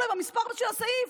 אולי במספר של הסעיף,